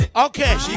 Okay